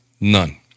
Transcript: None